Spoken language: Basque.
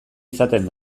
izaten